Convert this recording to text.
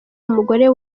umugore